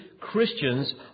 Christians